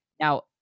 Now